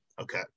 okay